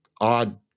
odd